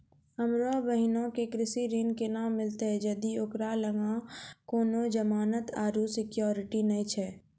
हमरो बहिनो के कृषि ऋण केना मिलतै जदि ओकरा लगां कोनो जमानत आरु सिक्योरिटी नै छै?